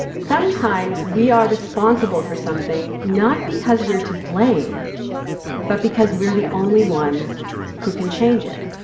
sometimes we are responsible for something not because we're to blame but because we're the only ones who can change it.